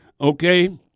Okay